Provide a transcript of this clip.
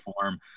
form